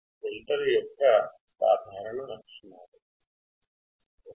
ఫిల్టర్ల యొక్క సాధారణ లక్షణాలు 1